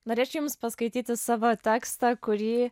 norėčiau jums paskaityti savo tekstą kurį